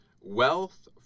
wealth